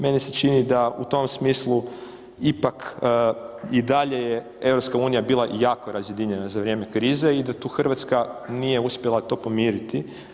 Meni se čini da u tom smislu ipak i dalje je EU bila jako razjedinjena za vrijeme krize i da tu RH nije uspjela to pomiriti.